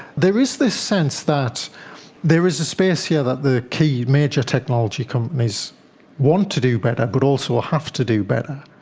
there is this sense that there is a space here that the key major technology companies want to do better but also ah have to do better.